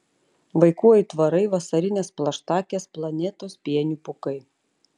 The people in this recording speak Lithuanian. vaikų aitvarai vasarinės plaštakės planetos pienių pūkai